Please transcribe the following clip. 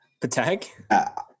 patek